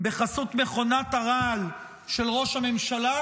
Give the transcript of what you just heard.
בחסות מכונת הרעל של ראש הממשלה,